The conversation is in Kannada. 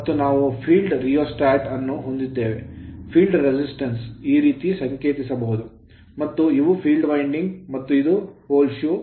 ಮತ್ತು ನಾವು field ಕ್ಷೇತ್ರ rheostat ರಿಯೋಸ್ಟಾಟ್ ಅನ್ನು ಹೊಂದಿದ್ದೇವೆ field ಕ್ಷೇತ್ರ resistance ಪ್ರತಿರೋಧವನ್ನು ಈ ರೀತಿ ಸಂಕೇತಿಸಬಹುದು ಮತ್ತು ಇವು field winding ಫೀಲ್ಡ್ ವೈಂಡಿಂಗ್ ಮತ್ತು ಇದು pole shoe ಪೋಲ್ ಶೂ